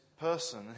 person